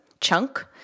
chunk